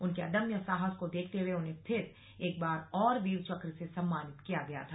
उनके अदम्य साहस को देखते हुए उन्हें फिर एक बार और वीर चक्र से सम्मानित किया गया था